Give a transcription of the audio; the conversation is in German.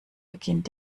beginnt